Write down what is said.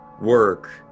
work